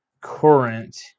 current